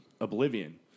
Oblivion